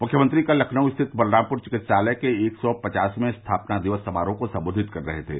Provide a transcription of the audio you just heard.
मुख्यमंत्री कल लखनऊ स्थित बलरामपुर चिकित्सालय के एक सौ पचासवें स्थापना दिवस समारोह को संबोधित कर रहे थे